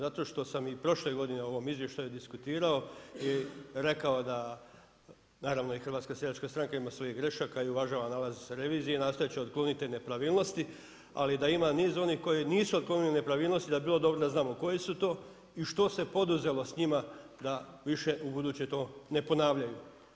Zato što sam i prošle godine u ovom izvještaju diskutirao i rekao da naravno i HSS ima svoj grešaka i uvažava nalaz revizije, nastojat će otkloniti te nepravilnosti, ali da ima niz onih koji nisu otklonili nepravilnosti da bi bilo dobro da znamo koje su to i što se poduzelo s njima da više ubuduće to ne ponavljaju.